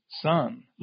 son